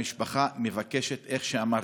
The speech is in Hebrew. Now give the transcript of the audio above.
המשפחה מבקשת, איך שאמרת,